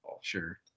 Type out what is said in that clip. Sure